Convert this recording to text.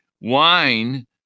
Wine